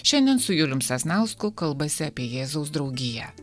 šiandien su julium sasnausku kalbasi apie jėzaus draugiją